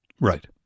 Right